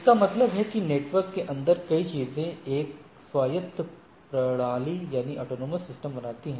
इसका मतलब है कि नेटवर्क के अंदर कई चीजें एक स्वायत्त प्रणाली बनाती हैं